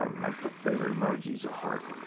ah my favorite emoji is a heart.